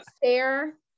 Fair